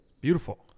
beautiful